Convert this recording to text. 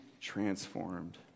transformed